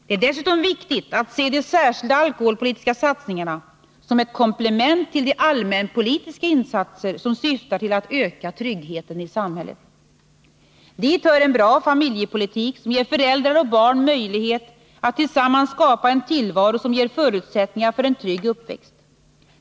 Det är dessutom viktigt att se de särskilda alkoholpolitiska satsningarna som ett komplement till de allmänpolitiska insatser som syftar till att öka tryggheten i samhället. Dit hör en bra familjepolitik, som ger föräldrar och barn möjlighet att tillsammans skapa en tillvaro som ger förutsättningar för en trygg uppväxt.